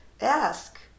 ask